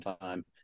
time